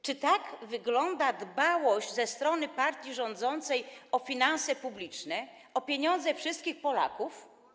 Czy tak wygląda dbałość ze strony partii rządzącej o finanse publiczne, o pieniądze wszystkich Polaków?